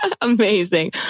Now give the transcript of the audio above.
Amazing